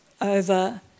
over